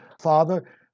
Father